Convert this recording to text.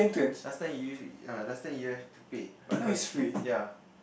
last time you ah last time you have to pay but now is free ya